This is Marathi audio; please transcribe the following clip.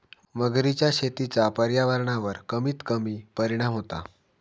मगरीच्या शेतीचा पर्यावरणावर कमीत कमी परिणाम होता